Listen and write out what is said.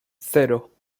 cero